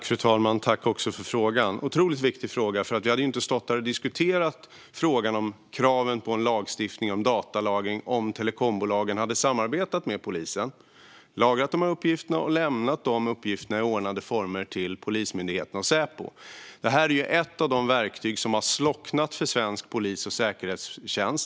Fru talman! Tack för frågan! Det är en otroligt viktig fråga, för vi hade inte stått här och diskuterat kraven på lagstiftning om datalagring om telekombolagen hade samarbetat med polisen, lagrat dessa uppgifter och under ordnade former lämnat dem till Polismyndigheten och Säpo. Det här är ett av de verktyg som försvunnit för svensk polis och säkerhetstjänst.